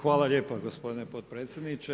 Hvala lijepa gospodine potpredsjedniče.